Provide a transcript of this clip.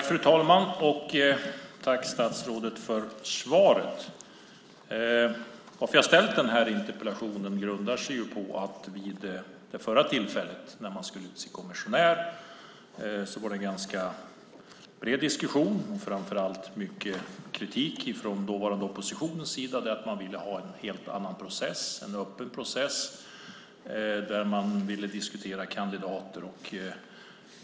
Fru talman! Tack, statsrådet, för svaret! Att jag har ställt den här interpellationen grundar sig på att det vid det förra tillfället när man skulle utse kommissionär var en ganska bred diskussion och framför allt mycket kritik från den dåvarande oppositionens sida därför att man ville ha en helt annan process, en öppen process, där man ville diskutera kandidater.